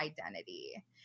identity